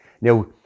Now